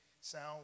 sound